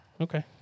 Okay